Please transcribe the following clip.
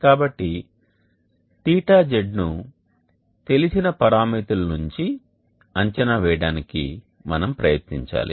కాబట్టి θZ ను తెలిసిన పరామితుల నుంచి అంచనా వేయడానికి మనం ప్రయత్నించాలి